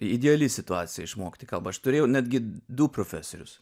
ideali situacija išmokti kalbą aš turėjau netgi du profesorius